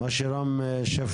כפי שאמר רם שפע?